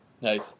Nice